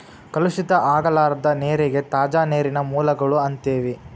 ಕಲುಷಿತ ಆಗಲಾರದ ನೇರಿಗೆ ತಾಜಾ ನೇರಿನ ಮೂಲಗಳು ಅಂತೆವಿ